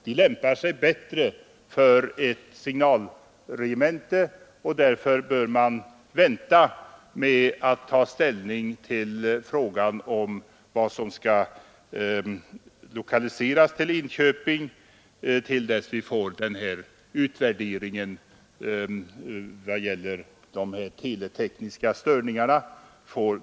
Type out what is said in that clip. De lämpar sig bättre för ett signalregemente och därför bör man vänta med att ta ställning till frågan om vad som skall lokaliseras till Enköping till dess vi får utvärderingen i vad gäller de teletekniska störningarna.